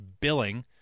billing